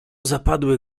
zapadły